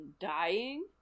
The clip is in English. dying